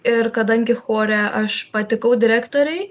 ir kadangi chore aš patikau direktorei